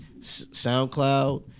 SoundCloud